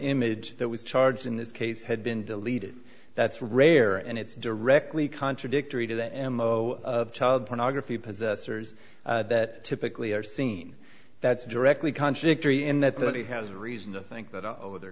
image that was charged in this case had been deleted that's rare and it's directly contradictory to the m o of child pornography possessors that typically are seen that's directly contradictory in that really has a reason to think that all over they're